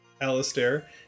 Alistair